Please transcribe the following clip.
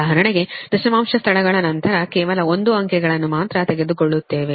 ಉದಾಹರಣೆಗೆ ದಶಮಾಂಶ ಸ್ಥಳಗಳ ನಂತರ ಕೇವಲ 1 ಅಂಕೆಗಳನ್ನು ಮಾತ್ರ ತೆಗೆದುಕೊಳ್ಳುತ್ತೇವೆ